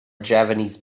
javanese